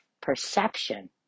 perception